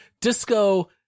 disco